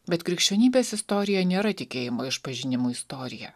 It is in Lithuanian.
bet krikščionybės istorija nėra tikėjimo išpažinimų istorija